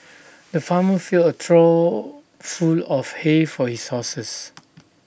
the farmer filled A trough full of hay for his horses